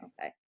Okay